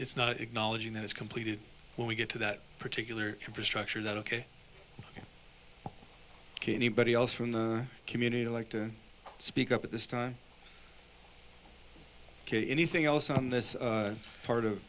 it's not acknowledging that it's completed when we get to that particular infrastructure that ok can anybody else from the community like to speak up at this time ok anything else on this part of